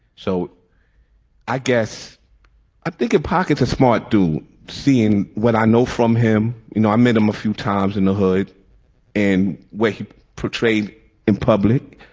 so i guess i think a pocket, a smart do, seeing what i know from him. you know, i met him a few times in the hood and where he portrayed in public.